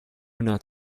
not